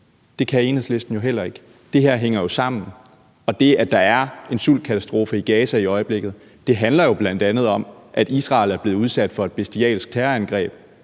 Det kan Enhedslisten jo heller ikke. Det her hænger sammen. Det, at der er en sultkatastrofe i Gaza i øjeblikket, handler jo bl.a. om, at Israel er blevet udsat for et bestialsk terrorangreb,